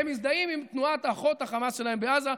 הם מזדהים עם תנועת האחות שלהם, החמאס בעזה.